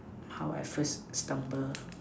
how I first stumble